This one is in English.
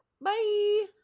Bye